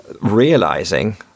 realizing